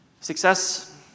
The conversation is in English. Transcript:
success